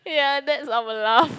ya that's our laugh